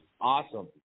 awesome